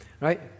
Right